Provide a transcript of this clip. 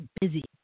busy